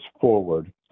forward